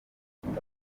ibyo